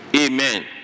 Amen